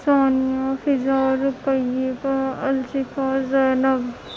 Sania Fiza Ruqaiya Alshifa Zainab